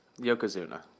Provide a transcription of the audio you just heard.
Yokozuna